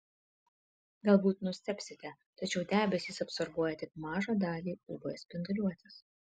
galbūt nustebsite tačiau debesys absorbuoja tik mažą dalį uv spinduliuotės